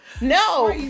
no